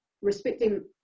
respecting